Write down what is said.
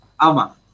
ama